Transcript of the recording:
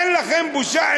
אין לכם בושה?